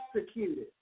executed